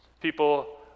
People